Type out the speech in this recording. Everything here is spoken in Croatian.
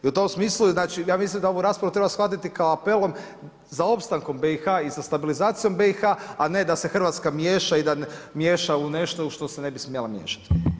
I u tom smislu znači, ja mislim da ovu raspravu treba shvatiti kao apelom za opstankom BIH i za stabilizacijom BIH, a ne da se Hrvatska miješa i da miješa u nešto u što se ne bi smjela miješati.